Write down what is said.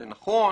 זה נכון